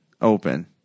open